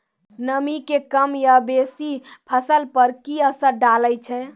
नामी के कम या बेसी फसल पर की असर डाले छै?